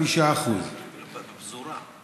אחוז הסוכרת בפזורה, איום ונורא.